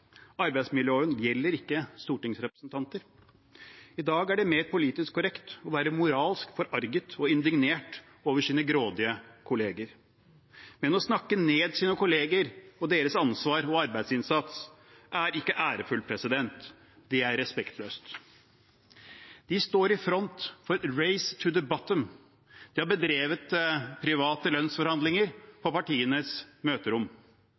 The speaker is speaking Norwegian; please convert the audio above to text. gjelder ikke for stortingsrepresentanter. I dag er det mer politisk korrekt å være moralsk forarget og indignert over sine grådige kolleger. Men å snakke ned sine kolleger og deres ansvar og arbeidsinnsats er ikke ærefullt – det er respektløst. De står i front for «a race to the bottom». De har bedrevet private lønnsforhandlinger på partienes møterom.